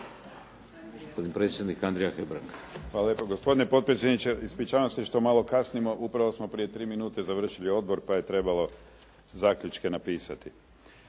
Hvala lijepo. Gospodine potpredsjedniče, ispričavam se što malo kasnim. Upravo smo prije 3 minute završili odbor pa je trebalo zaključke napisati.